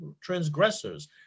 transgressors